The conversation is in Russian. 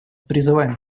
призываем